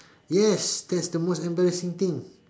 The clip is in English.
yes that's the most embarrassing thing